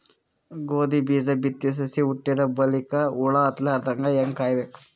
ಗೋಧಿ ಬೀಜ ಬಿತ್ತಿ ಸಸಿ ಹುಟ್ಟಿದ ಬಲಿಕ ಹುಳ ಹತ್ತಲಾರದಂಗ ಹೇಂಗ ಕಾಯಬೇಕು?